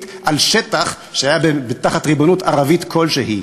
על שטח שהיה תחת ריבונות ערבית כלשהי.